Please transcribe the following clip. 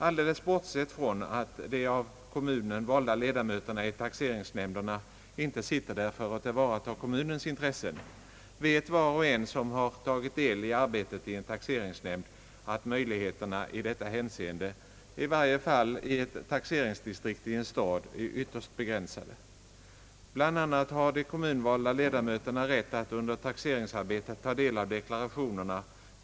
Alldeles bortsett från att de av kommunen valda ledamöterna inte sitter i nämnden för att tillvarata kommunens intressen, vet var och en som tagit del i arbetet i en taxeringsnämnd att möjligheterna i detta hänseende är ytterst begränsade, åtminstone när det gäller ett taxeringsdistrikt i en stad. De kommunvalda ledamöterna har bl.a. bara efter särskilt beslut av taxeringsnämnden rätt att under taxeringsarbetet ta del av deklarationerna.